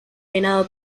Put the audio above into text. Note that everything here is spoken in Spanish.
venado